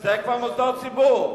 זה כבר מוסדות ציבור.